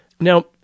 Now